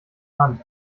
hand